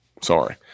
Sorry